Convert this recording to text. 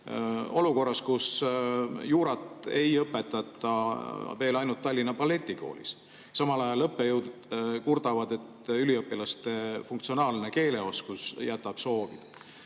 olukorras, kus juurat ei õpetata veel ainult Tallinna Balletikoolis? Samal ajal õppejõud kurdavad, et üliõpilaste funktsionaalne keeleoskus jätab soovida.